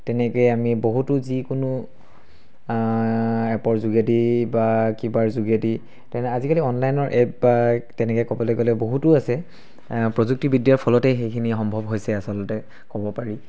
তেনেকৈ আমি বহুতো যিকোনো এপৰ যোগেদি বা কিবাৰ যোগেদি তেনে আজিকালি অনলাইনৰ এপ বা তেনেকৈ ক'বলৈ গ'লে বহুতো আছে প্ৰযুক্তিবিদ্যাৰ ফলতে সেইখিনি সম্ভৱ হৈছে আচলতে ক'ব পাৰি